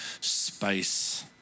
space